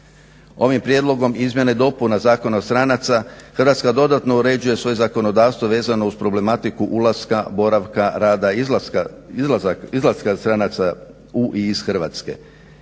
Ovim prijedlogom izmjena i dopuna Zakona o strancima Hrvatska dodatno uređuje svoje zakonodavstvo vezano uz problematiku ulaska, boravka, rada i izlaska stranaca u i iz Hrvatske.